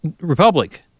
Republic